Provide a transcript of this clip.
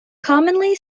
commonly